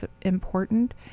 important